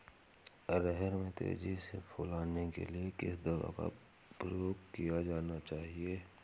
अरहर में तेजी से फूल आने के लिए किस दवा का प्रयोग किया जाना चाहिए?